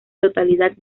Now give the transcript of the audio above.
totalidad